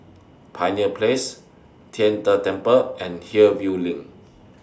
Pioneer Place Tian De Temple and Hillview LINK